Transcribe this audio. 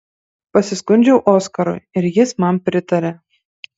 pasiskundžiau oskarui ir jis man pritarė